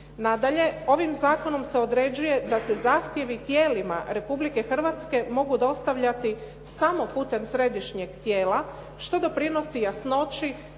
Nadalje, ovim zakonom se određuje da se zahtjevi tijelima Republike Hrvatske mogu dostavljati samo putem središnjeg tijela što doprinosi jasnoći,